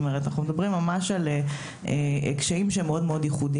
אנחנו מדברים על קשיים ייחודיים.